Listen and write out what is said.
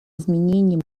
изменением